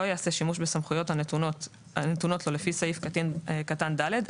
לא יעשה שימוש בסמכויות הנתונות לו לפי סעיף קטן (ד),